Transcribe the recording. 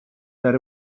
that